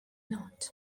not